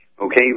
okay